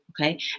Okay